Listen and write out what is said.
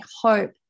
hope